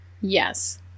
yes